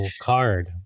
card